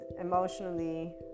emotionally